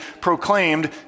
proclaimed